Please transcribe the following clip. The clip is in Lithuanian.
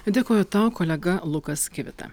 dėkoju tau kolega lukas kivita